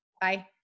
Bye